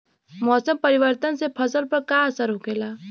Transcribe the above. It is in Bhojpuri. मौसम परिवर्तन से फसल पर का असर होखेला?